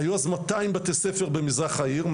היו אז מאתיים בתי ספר במזרח העיר,